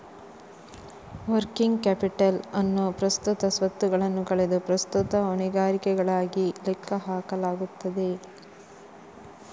working capital ಅನ್ನು ಪ್ರಸ್ತುತ ಸ್ವತ್ತುಗಳನ್ನು ಕಳೆದು ಪ್ರಸ್ತುತ ಹೊಣೆಗಾರಿಕೆಗಳಾಗಿ ಲೆಕ್ಕ ಹಾಕಲಾಗುತ್ತದೆ